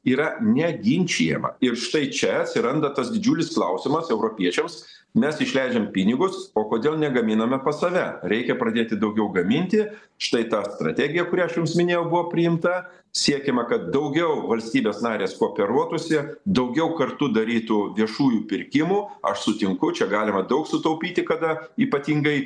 yra neginčijama ir štai čia atsiranda tas didžiulis klausimas europiečiams mes išleidžiam pinigus o kodėl negaminame pas save reikia pradėti daugiau gaminti štai ta strategija kurią aš jums minėjau buvo priimta siekiama kad daugiau valstybės narės kooperuotųsi daugiau kartu darytų viešųjų pirkimų aš sutinku čia galima daug sutaupyti kada ypatingai